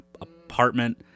apartment